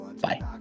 Bye